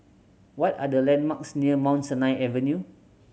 what are the landmarks near Mount Sinai Avenue